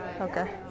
Okay